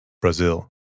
Brazil